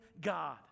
God